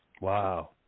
Wow